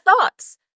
thoughts